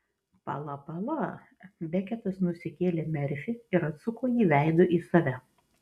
pala pala beketas nusikėlė merfį ir atsuko jį veidu į save